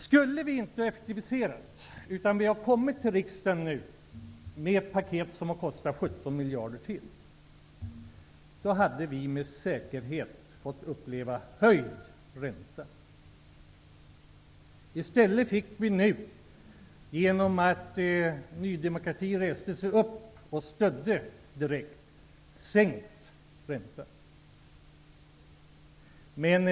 Skulle vi inte ha effektiviserat utan kommit till riksdagen nu med ett paket som kostat 17 miljarder till, hade vi med säkerhet fått uppleva höjd ränta. I stället fick vi sänkt ränta, genom att Ny demokrati reste sig upp och stödde direkt.